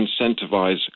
incentivise